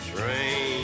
Train